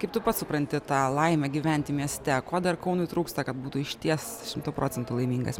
kaip tu pats supranti tą laimę gyventi mieste ko dar kaunui trūksta kad būtų išties šimtu procentų laimingas